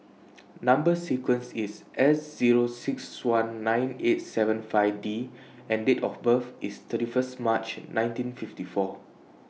Number sequence IS S Zero six one nine eight seven five D and Date of birth IS thirty First March nineteen fifty four